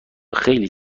خیلی